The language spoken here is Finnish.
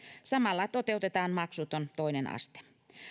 samalla toteutetaan maksuton toinen aste